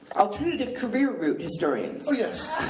alternative career-route historians. oh, yes.